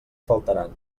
faltaran